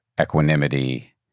equanimity